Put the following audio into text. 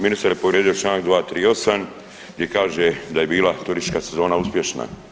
Ministar je povrijedio čl. 238. gdje kaže da je bila turistička sezona uspješna.